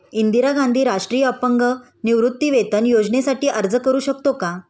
इंदिरा गांधी राष्ट्रीय अपंग निवृत्तीवेतन योजनेसाठी अर्ज करू शकतो का?